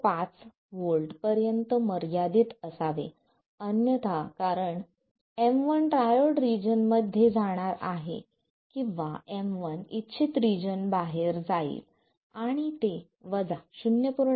5 V पर्यंत मर्यादित असावे कारण अन्यथा M1 ट्रायोड रिजन मध्ये जाणार आहे किंवा M1 इच्छित रिजन बाहेर जाईल आणि ते 0